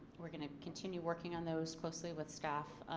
we're going to continue working on those closely with staff